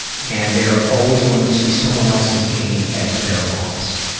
and they are always going to see someone else's gain as their loss.